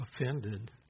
offended